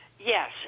Yes